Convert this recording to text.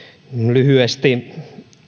lyhyesti